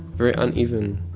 very uneven